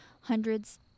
hundreds